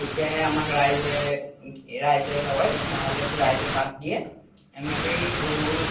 তেতিয়াহে আমাক ৰাইজে ৰাইজে লয় নহ'লেতো ৰাইজে বাদ দিয়ে এনেকেই গৰু